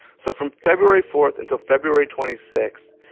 so from february fourth until february twenty six,